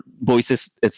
voices